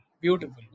Beautiful